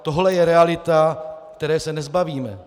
Tohle je realita, které se nezbavíme.